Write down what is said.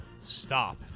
stop